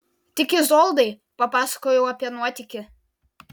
tik izoldai papasakojau apie nuotykį